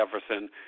Jefferson –